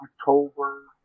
October